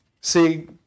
See